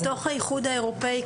מתוך האיחוד האירופאי,